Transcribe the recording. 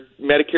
Medicare